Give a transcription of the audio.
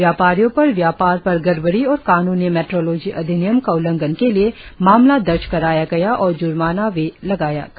व्यापारियों पर व्यापार पर गड़बड़ी और कानूनी मेट्रोलॉजी अधिनियम का उल्लंघन के लिए मामला दर्ज कराया गया और जुर्माना भी लगाया गया